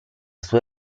sua